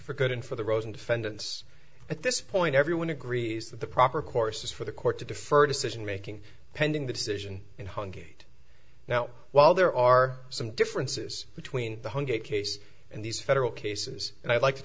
for good and for the rosen defendants at this point everyone agrees that the proper course is for the court to defer decision making pending the decision in hong kong now while there are some differences between the hundred case and these federal cases and i'd like to